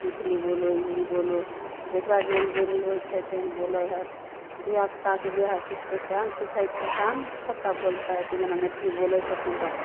मैथिली बोलो हिन्दी बोलो जकरा जेहन बोली होइ छै तेहन बोलै हइ धिआपुताके जएह सिखतै सएह ने सिखेथिन सएह ने धिआपुता बोलतै तऽ जेना मैथिली बोलै छथिन तऽ